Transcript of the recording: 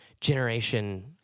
generation